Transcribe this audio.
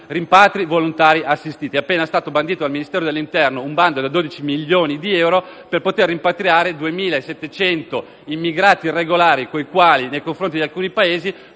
rimpatri volontari assistiti. È appena stato bandito dal Ministero dell'interno un bando da 12 milioni di euro per poter rimpatriare 2.700 immigrati irregolari in alcuni Paesi con i quali il